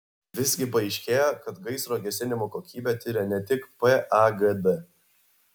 visgi paaiškėjo kad gaisro gesinimo kokybę tiria ne tik pagd